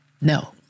No